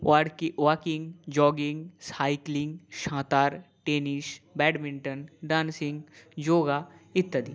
ওয়ার্কি walking jogging cycling সাঁতার tennis badminton dancing yoga ইত্যাদি